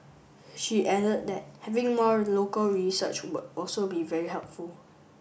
she added that having more local research would also be very helpful